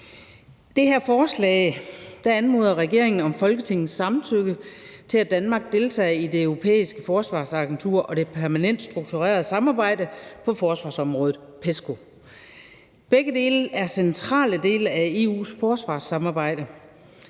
det her forslag anmoder regeringen om Folketingets samtykke til, at Danmark deltager i Det Europæiske Forsvarsagentur og Det Permanente Strukturerede Samarbejde på forsvarsområdet, PESCO. Begge dele er centrale dele af EU's forsvarssamarbejde.